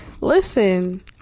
Listen